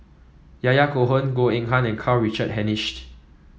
Yahya Cohen Goh Eng Han and Karl Richard Hanitsch